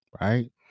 Right